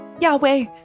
Yahweh